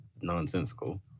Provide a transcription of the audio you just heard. nonsensical